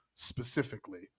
specifically